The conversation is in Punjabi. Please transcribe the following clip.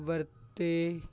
ਵਰਤੇ